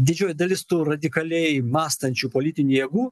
didžioji dalis tų radikaliai mąstančių politinių jėgų